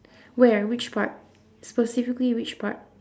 where which part specifically which part